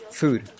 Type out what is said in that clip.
food